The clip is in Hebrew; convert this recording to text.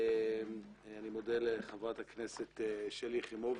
אני מודה לחברת הכנסת שלי יחימוביץ',